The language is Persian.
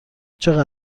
چقدر